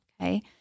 Okay